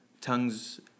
Tongues